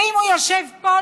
ואם הוא יושב פה,